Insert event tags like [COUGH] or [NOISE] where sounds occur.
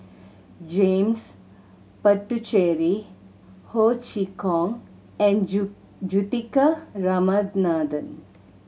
James Puthucheary Ho Chee Kong and [UNINTELLIGIBLE] Juthika Ramanathan